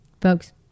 Folks